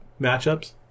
matchups